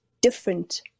different